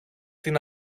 την